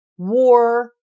war